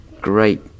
great